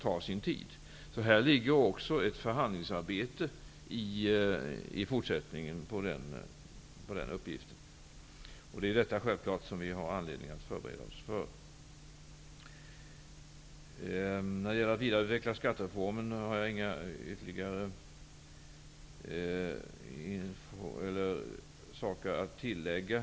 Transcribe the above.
I den här uppgiften föreligger också i fortsättningen ett förhandlingsarbete. Detta har vi självfallet anledning att förbereda oss för. När det gäller att vidareutveckla skattereformen har jag inget ytterligare att tillägga.